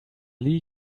lee